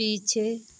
पीछे